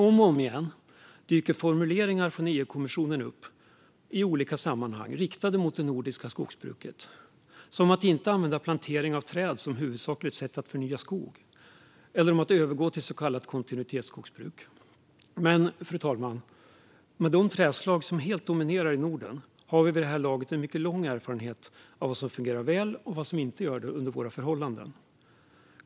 Om och om igen dyker formuleringar från EU-kommissionen upp i olika sammanhang riktade mot det nordiska skogsbruket, som att inte använda plantering av träd som huvudsakligt sätt att förnya skog eller att övergå till så kallat kontinuitetsskogsbruk. Men med de trädslag som helt dominerar i Norden, fru talman, har vi vid det här laget en mycket lång erfarenhet av vad som fungerar väl och vad som inte gör det under våra förhållanden.